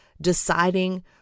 deciding